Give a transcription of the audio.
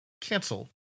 cancel